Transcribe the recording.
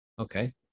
okay